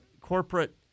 corporate